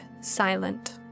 silent